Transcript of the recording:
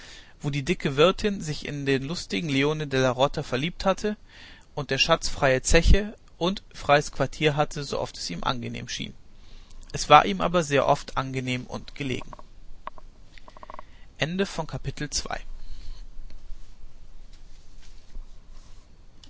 wo die dicke wirtin sich in den lustigen leone della rota verliebt hatte und der schatz freie zeche und freies quartier hatte sooft es ihm angenehm schien es war ihm aber sehr oft angenehm und gelegen